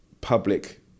public